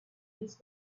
this